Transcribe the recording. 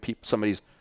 somebody's